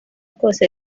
kose